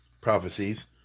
prophecies